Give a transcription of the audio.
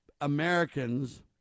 Americans